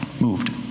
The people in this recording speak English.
moved